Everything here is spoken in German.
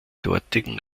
dortigen